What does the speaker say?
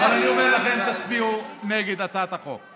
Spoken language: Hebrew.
אני אומר לכם, תצביעו נגד הצעת החוק.